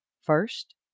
first